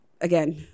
again